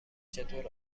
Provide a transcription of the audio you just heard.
چطور